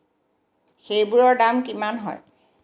সেইবোৰৰ দাম কিমান হয়